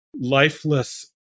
lifeless